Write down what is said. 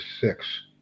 six